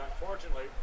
unfortunately